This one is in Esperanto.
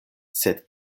sed